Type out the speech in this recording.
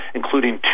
including